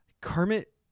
Kermit